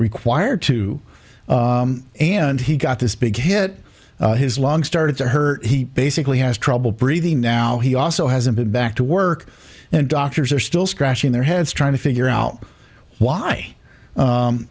required to and he got this big hit his lungs started to hurt he basically has trouble breathing now he also hasn't had back to work and doctors are still scratching their heads trying to figure out why